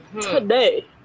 today